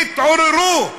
תתעוררו.